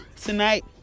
tonight